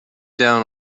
down